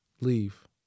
Leave